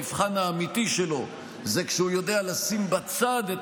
המבחן האמיתי שלו זה כשהוא יודע לשים בצד את